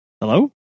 Hello